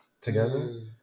together